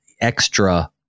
extra